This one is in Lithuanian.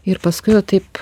ir paskui va taip